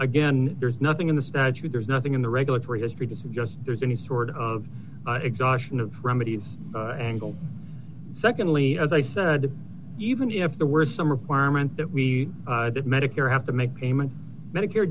again there's nothing in the statute there's nothing in the regulatory history to suggest there's any sort of exhaustion of remedies angle secondly as i said even if the worst some requirement that we did medicare have to make payments medicare